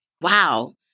wow